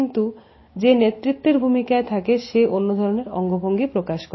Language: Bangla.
কিন্তু যে নেতৃত্বের ভূমিকায় থাকে সে অন্য ধরনের অঙ্গভঙ্গি প্রদর্শন করে